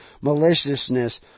maliciousness